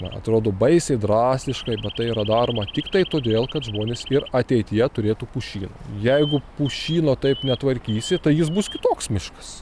va atrodo baisiai drastiškai bet tai yra daroma tiktai todėl kad žmonės ir ateityje turėtų pušyną jeigu pušyno taip netvarkysi tai jis bus kitoks miškas